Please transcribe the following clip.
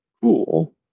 cool